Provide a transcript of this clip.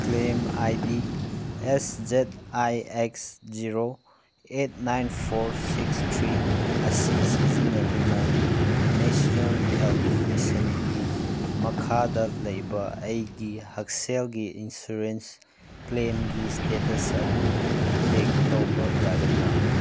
claim I D S Z I X zero eight nine four six three ꯑꯁꯤ ꯁꯤꯖꯤꯟꯅꯗꯨꯅ national health ꯃꯤꯁꯟꯒꯤ ꯃꯈꯥꯗ ꯂꯩꯕ ꯑꯩꯒꯤ ꯍꯛꯁꯦꯜꯒꯤ ꯏꯟꯁꯨꯔꯦꯟꯁ ꯀ꯭ꯂꯦꯝꯒꯤ ꯏꯁꯇꯦꯇꯁ ꯑꯗꯨ ꯆꯦꯛ ꯇꯧꯕ ꯌꯥꯒꯗ꯭ꯔꯥ